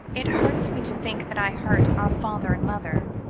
it hurts me to think that i hurt our father and mother,